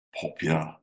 popular